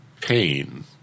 pain